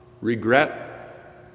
regret